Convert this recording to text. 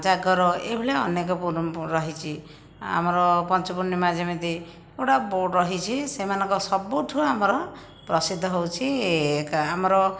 ଜାଗର ଏଭଳି ଅନେକ ପରମ୍ପରା ରହିଛି ଆମର ପଞ୍ଚୁ ପୂର୍ଣ୍ଣିମା ଯେମିତି ରହିଛି ସେମାନଙ୍କ ସବୁଠୁ ଆମର ପ୍ରସିଦ୍ଧ ହେଉଛି ଆମର